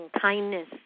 kindness